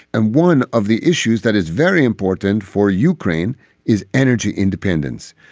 and one of the issues that is very important for ukraine is energy independence.